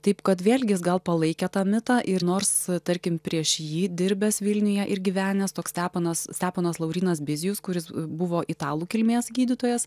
taip kad vėlgi jis gal palaikė tą mitą ir nors tarkim prieš jį dirbęs vilniuje ir gyvenęs toks steponas steponas laurynas bizijus kuris buvo italų kilmės gydytojas